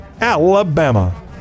Alabama